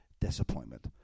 disappointment